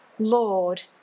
Lord